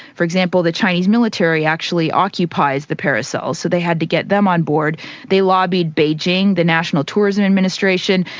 for example, the chinese military actually occupies the paracels, so they had to get them on board they lobbied beijing, the national tourism administration,